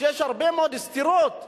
יש הרבה מאוד סתירות לפעמים,